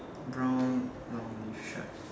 brown long shirt